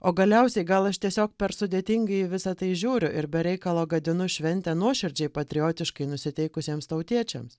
o galiausiai gal aš tiesiog per sudėtingai į visą tai žiūriu ir be reikalo gadinu šventę nuoširdžiai patriotiškai nusiteikusiems tautiečiams